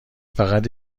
فقط